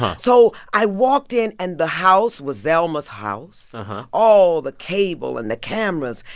so i walked in, and the house was zelma's house all the cable and the cameras.